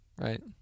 Right